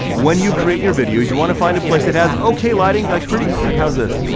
when you create your videos, you wanna find a place that has okay lighting, like pretty, like how's this?